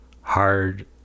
hard